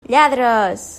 lladres